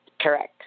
Correct